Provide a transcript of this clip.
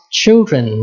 children